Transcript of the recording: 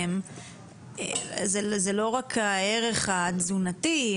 זה לא רק הערך התזונתי,